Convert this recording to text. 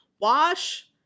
Wash